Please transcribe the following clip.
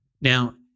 now